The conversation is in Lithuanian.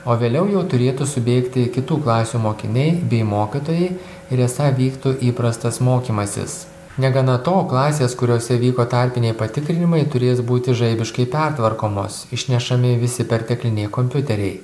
o vėliau jau turėtų subėgti kitų klasių mokiniai bei mokytojai ir esą vyktų įprastas mokymąsis negana to klasės kuriose vyko tarpiniai patikrinimai turės būti žaibiškai pertvarkomos išnešami visi pertekliniai kompiuteriai